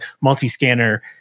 multi-scanner